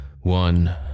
One